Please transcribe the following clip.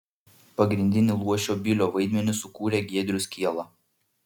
pagrindinį luošio bilio vaidmenį sukūrė giedrius kiela